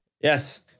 yes